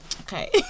Okay